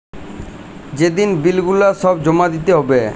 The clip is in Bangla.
যে দিন বিল গুলা সব জমা দিতে হ্যবে